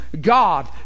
God